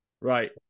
right